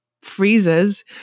freezes